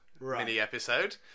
mini-episode